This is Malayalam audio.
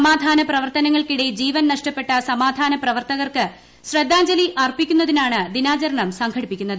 സമാധാന പ്രവർത്തനങ്ങൾക്കിടെ ജീവൻ നഷ്ടപ്പെട്ട സമാധാന പ്രവർത്തകർക്ക് ശ്രദ്ധാഞ്ജലി അർപ്പിക്കുന്നതിനാണ് ദിനാചരണം സംഘടിപ്പിക്കുന്നത്